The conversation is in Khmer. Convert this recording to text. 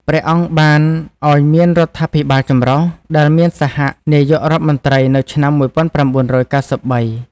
ព្រះអង្គបានឱ្យមានរដ្ឋាភិបាលចម្រុះ ដែលមានសហនាយករដ្ឋមន្រ្តីនៅឆ្នាំ១៩៩៣។